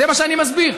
זה מה שאני מסביר.